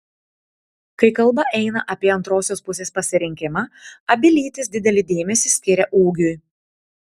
kai kalba eina apie antrosios pusės pasirinkimą abi lytys didelį dėmesį skiria ūgiui